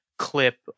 Clip